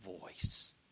voice